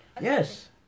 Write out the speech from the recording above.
Yes